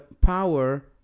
power